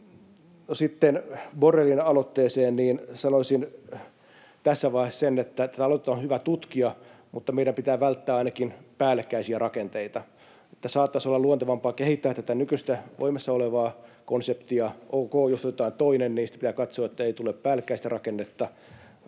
on. Borrellin aloitteeseen sanoisin tässä vaiheessa sen, että tätä aloitetta on hyvä tutkia, mutta meidän pitää välttää ainakin päällekkäisiä rakenteita, eli saattaisi olla luontevampaa kehittää tätä nykyistä voimassa olevaa konseptia — ok, jos otetaan toinen, niin sitten pitää katsoa, että ei tule päällekkäistä rakennetta.